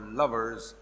lovers